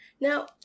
Now